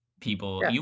People